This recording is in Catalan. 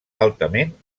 altament